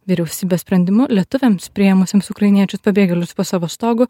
vyriausybės sprendimu lietuviams priėmusioms ukrainiečius pabėgėlius po savo stogu